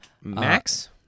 Max